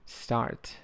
start